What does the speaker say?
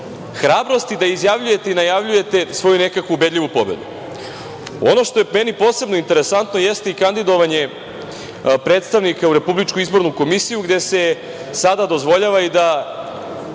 hrabrosti da izjavljujete i najavljujete svoju nekakvu ubedljivu pobedu? Ono što je meni posebno interesantno, jeste i kandidovanje predstavnika u Republičku izbornu komisiju, gde se sada dozvoljava i da